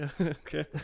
okay